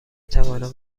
توانم